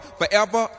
forever